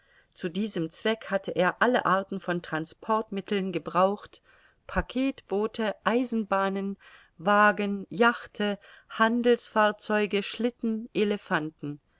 zu diesem zweck hatte er alle arten von transportmitteln gebraucht packetboote eisenbahnen wagen yachte handelsfahrzeuge schlitten